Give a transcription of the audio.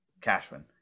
Cashman